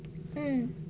mm